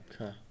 Okay